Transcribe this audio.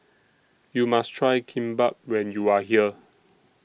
YOU must Try Kimbap when YOU Are here